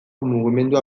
mugimendua